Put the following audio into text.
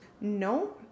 No